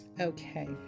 Okay